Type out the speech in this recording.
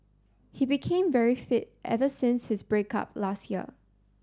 he became very fit ever since his break up last year